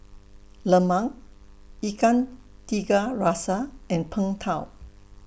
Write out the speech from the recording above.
Lemang Ikan Tiga Rasa and Png Tao